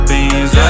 Beans